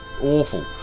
awful